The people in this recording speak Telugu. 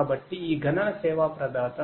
కాబట్టి ఈ గణన సర్వీస్